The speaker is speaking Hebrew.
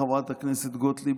חברת הכנסת גוטליב,